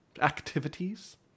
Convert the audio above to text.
activities